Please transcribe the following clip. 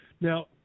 Now